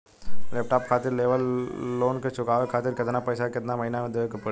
Laptop खातिर level loan के चुकावे खातिर केतना पैसा केतना महिना मे देवे के पड़ी?